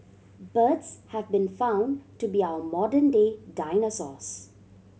birds have been found to be our modern day dinosaurs